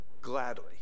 gladly